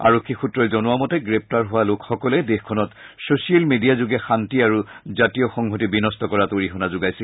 আৰক্ষী সূত্ৰই জনোৱা মতে গ্ৰেপ্তাৰ হোৱা লোকসকলে দেশখনত চ ছিয়েল মেডিয়াযোগে শান্তি আৰু জাতীয় সংহতি বিন্ট কৰাত অৰিহণা যোগাইছিল